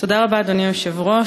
תודה רבה, אדוני היושב-ראש.